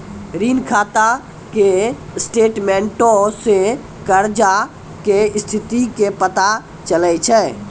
ऋण खाता के स्टेटमेंटो से कर्जा के स्थिति के पता चलै छै